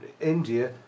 India